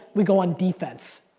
we go on defense.